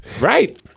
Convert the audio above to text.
Right